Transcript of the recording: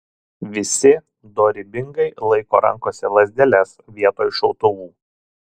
visi dorybingai laiko rankose lazdeles vietoj šautuvų